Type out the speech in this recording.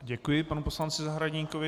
Děkuji panu poslanci Zahradníkovi.